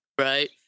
right